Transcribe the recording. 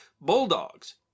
bulldogs